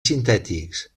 sintètics